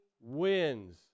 wins